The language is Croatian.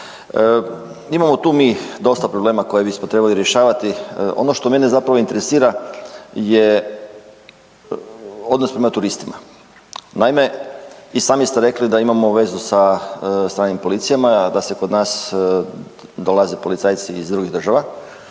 Imamo mi tu dosta problema koje bismo trebali rješavati. Ono što mene zapravo interesira je odnos prema turistima. Naime, i sami ste rekli da imamo vezu sa stranim policijama, da se kod nas dolaze policajci iz drugih država.